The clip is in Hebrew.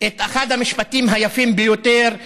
את אחד המשפטים היפים ביותר,